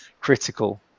critical